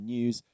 News